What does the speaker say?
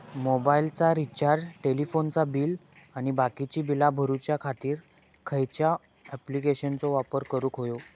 मोबाईलाचा रिचार्ज टेलिफोनाचा बिल आणि बाकीची बिला भरूच्या खातीर खयच्या ॲप्लिकेशनाचो वापर करूक होयो?